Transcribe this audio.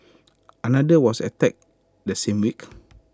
another was attacked the same week